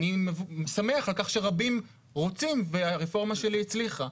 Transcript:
אני שמח על כך שרבים רוצים והרפורמה שלי הצליחה.